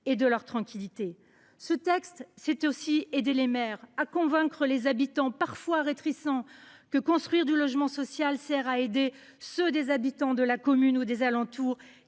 et leur tranquillité. Ce texte revient encore à aider les maires à convaincre les habitants, parfois réticents, que la construction de logement social sert à aider ceux des habitants de la commune ou des alentours